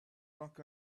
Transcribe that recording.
luck